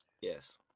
Yes